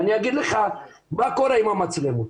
ואני אגיד לך מה קורה עם המצלמות.